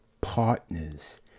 partners